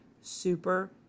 super